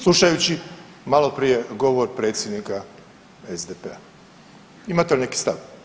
Slušajući maloprije govor predsjednika SDP-a, imate li neki stav.